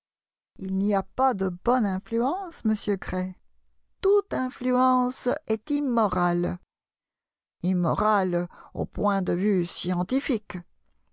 il n'v a pas de bonne influence monsieur gray toute influence est immorale immorale au point de vue scientifique